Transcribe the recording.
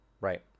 Right